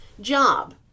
job